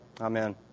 Amen